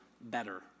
better